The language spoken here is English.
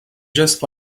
just